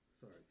Sorry